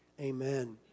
Amen